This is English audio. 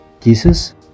Jesus